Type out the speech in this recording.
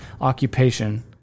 occupation